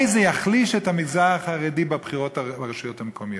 זה יחליש את המגזר החרדי בבחירות לרשויות המקומיות.